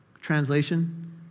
Translation